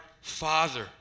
father